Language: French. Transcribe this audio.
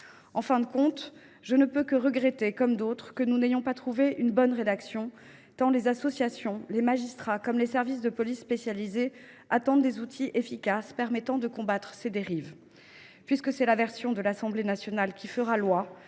En fin de compte, je ne peux que regretter, comme d’autres, que nous n’ayons pas trouvé une bonne rédaction, tant les associations, les magistrats et les services de police spécialisés attendent des outils efficaces permettant de combattre ces dérives. Puisque c’est la version de l’Assemblée nationale qui fera loi,